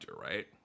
right